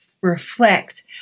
reflect